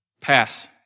Pass